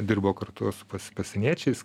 dirbo kartu su pasieniečiais